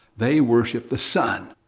they worshiped the sun,